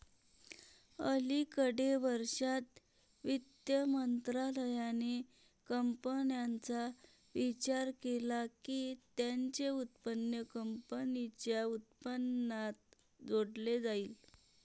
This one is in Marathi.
अलिकडे वर्षांत, वित्त मंत्रालयाने कंपन्यांचा विचार केला की त्यांचे उत्पन्न कंपनीच्या उत्पन्नात जोडले जाईल